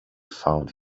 found